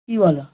কী বলো